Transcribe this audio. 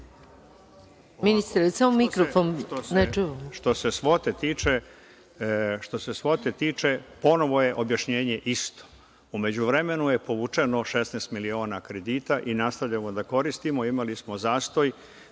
ministar. **Dušan Vujović** Što se svote tiče, ponovo je objašnjenje isto. U međuvremenu je povučeno 16 miliona kredita i nastavljamo da koristimo. Imali smo zastoj